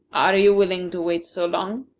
are you willing to wait so long?